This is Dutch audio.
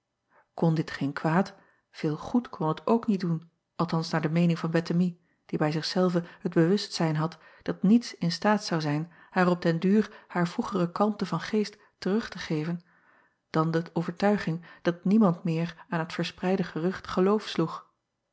on dit geen kwaad veel goed kon het ook niet doen althans naar de meening van ettemie die bij zich zelve het bewustzijn had dat niets in staat zou zijn haar op den duur haar vroegere kalmte van geest terug te geven dan de overtuiging dat niemand meer aan het verspreide gerucht geloof sloeg